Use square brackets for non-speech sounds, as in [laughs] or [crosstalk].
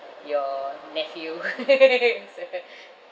your nephew [laughs] so [laughs]